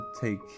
take